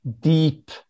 deep